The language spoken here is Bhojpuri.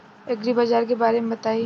एग्रीबाजार के बारे में बताई?